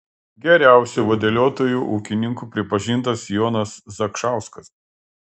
geriausiu vadeliotoju ūkininku pripažintas jonas zakšauskas